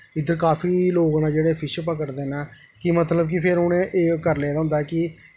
इद्धर काफी लोक न जेह्ड़े फिश पकड़दे न कि मतलब कि फिर उ'नें एह् करी लेदा होंदा कि